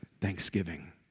thanksgiving